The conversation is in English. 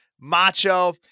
Macho